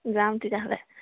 যাম তেতিয়াহ'লে